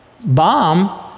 bomb